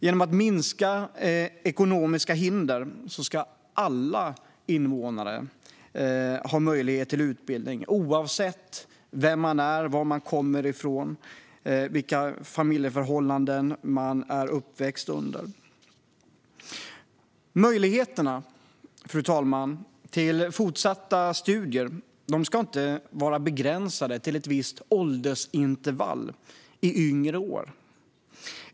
Genom att minska ekonomiska hinder ska alla invånare ha möjlighet till utbildning oavsett vem man är, var man kommer från och vilka familjeförhållanden man har. Fru talman! Möjligheterna till fortsatta studier ska inte vara begränsade till ett visst åldersintervall i yngre år.